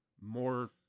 more